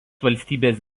valstybės